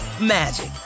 magic